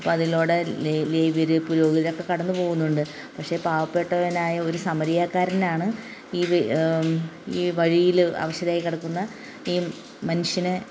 അപ്പം അതിലൂടെ ലേവര് പുരോഹിതരൊക്കെ കടന്ന് പോകുന്നുണ്ട് പക്ഷേ പാവപ്പെട്ടവനായ ഒരു സമരിയക്കാരനാണ് ഈ ഈ വ വഴിയിൽ അവശരായിക്കിടക്കുന്ന ഈ മനുഷ്യനെ